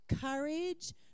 courage